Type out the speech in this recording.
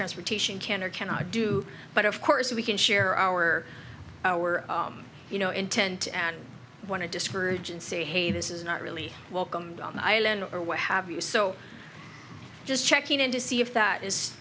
transportation can or cannot do but of course we can share our our you know intent and want to discourage and say hey this is not really welcome on the island or what have you so just checking in to see if that is